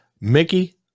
Mickey